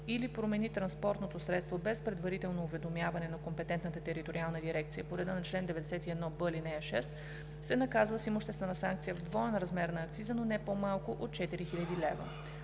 или промени транспортното средство без предварително уведомяване на компетентната териториална дирекция по реда на чл. 91б, ал. 6, се наказва с имуществена санкция в двоен размер на акциза, но не по-малко от 4000 лв.